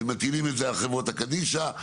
ומטילים את זה על חברות הקדישא,